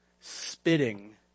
spitting